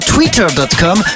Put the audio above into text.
Twitter.com